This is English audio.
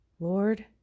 Lord